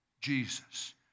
Jesus